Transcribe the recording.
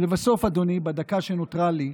ולבסוף, אדוני, בדקה שנותרה לי,